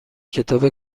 کتاب